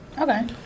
Okay